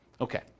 Okay